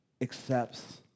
accepts